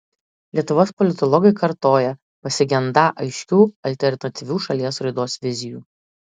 lietuvos politologai kartoja pasigendą aiškių alternatyvių šalies raidos vizijų